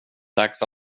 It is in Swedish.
dags